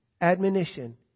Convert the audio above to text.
admonition